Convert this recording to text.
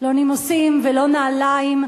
לא נימוסים ולא נעליים.